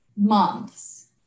months